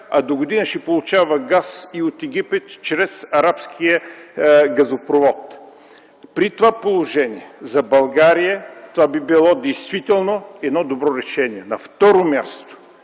а догодина ще получава газ и от Египет чрез арабския газопровод. При това положение за България това би било добро решение. На второ място,